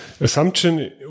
assumption